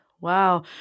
Wow